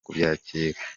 kubyakira